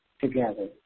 together